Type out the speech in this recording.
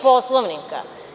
Poslovnika.